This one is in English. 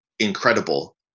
incredible